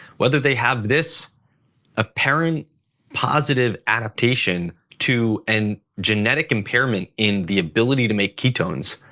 whether they have this apparent positive adaptation to, and genetic impairment in the ability to make ketones,